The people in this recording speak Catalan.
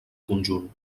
conjunt